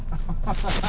cheaper